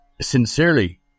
sincerely